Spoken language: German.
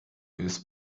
ist